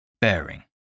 Bearing